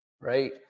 right